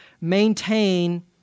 maintain